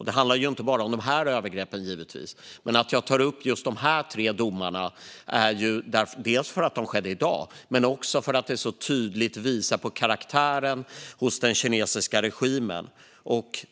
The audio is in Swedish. Det handlar givetvis inte bara om de här övergreppen, men att jag tar upp just dessa tre domar beror dels på att de kom i dag, dels på att de så tydligt visar på karaktären hos den kinesiska regimen.